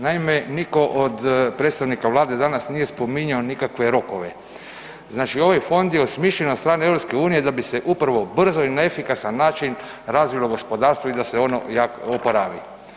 Naime, niko od predstavnika Vlade danas nije spominjao nikakve rokove, znači ovaj fond je osmišljen od strane EU da bi se upravo brzo i na efikasan način razvilo gospodarstvo i se ono oporavi.